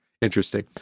interesting